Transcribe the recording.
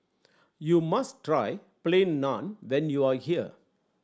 you must try Plain Naan when you are here